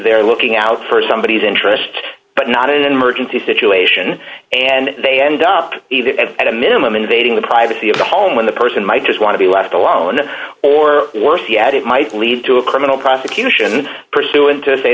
they're looking out for somebody who's interest but not in an emergency situation and they end up even at a minimum invading the privacy of the home when the person might just want to be left alone or worse yet it might lead to a criminal prosecution pursuant to say